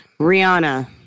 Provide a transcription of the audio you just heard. Rihanna